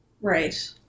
Right